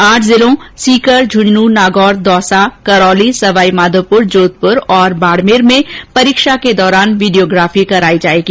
आठ जिलों सीकर झुंझुनू नागौर दौसा करौली सवाई माधोपुर जोधपुर और बाड़मेर में परीक्षा के दौरान वीडियोग्राफी कराई जाएगी